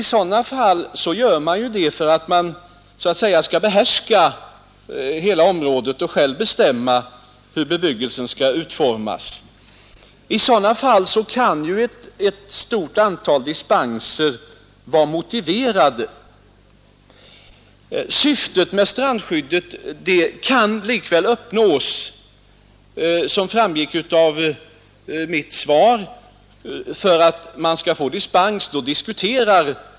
Länsstyrelsen gör detta för att så att säga behärska hela området och själv bestämma hur bebyggelsen skall utformas. I sådana fall kan ett stort antal dispenser vara motiverat. Syftet med strandskyddet uppnås, såsom framgick av mitt svar, även om det ges dispenser.